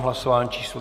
Hlasování číslo 31.